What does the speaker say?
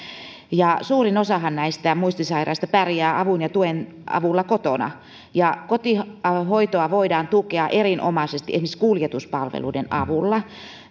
suurin osahan näistä muistisairaista pärjää avun ja tuen avulla kotona ja kotihoitoa voidaan tukea erinomaisesti esimerkiksi kuljetuspalveluiden avulla